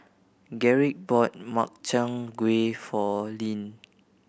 Garrick bought Makchang Gui for Leann